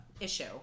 issue